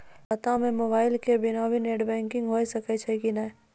खाता म मोबाइल के बिना भी नेट बैंकिग होय सकैय छै कि नै?